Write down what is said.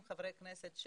חברי כנסת,